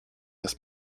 this